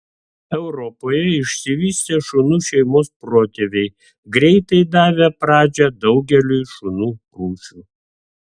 europoje išsivystė šunų šeimos protėviai greitai davę pradžią daugeliui šunų rūšių